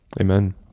amen